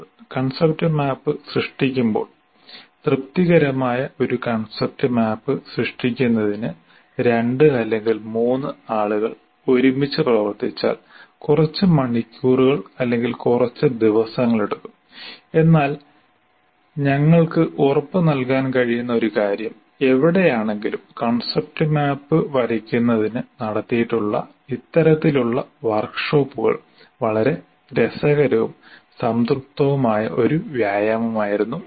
concept map സൃഷ്ടിക്കുമ്പോൾ തൃപ്തികരമായ ഒരു കൺസെപ്റ്റ് മാപ്പ് സൃഷ്ടിക്കുന്നതിന് 2 അല്ലെങ്കിൽ 3 ആളുകൾ ഒരുമിച്ച് പ്രവർത്തിച്ചാൽ കുറച്ച് മണിക്കൂറുകൾ അല്ലെങ്കിൽ കുറച്ച് ദിവസങ്ങൾ എടുക്കും എന്നാൽ ഞങ്ങൾക്ക് ഉറപ്പുനൽകാൻ കഴിയുന്ന ഒരു കാര്യം എവിടെയാണെങ്കിലും കൺസെപ്റ്റ് മാപ്പ് വരയ്ക്കുന്നതിന് നടത്തിയിട്ടുള്ള ഇത്തരത്തിലുള്ള വർക്ക്ഷോപ്പുകൾ വളരെ രസകരവും സംതൃപ്തവുമായ ഒരു വ്യായാമമായിരുന്നു എന്ന്